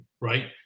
Right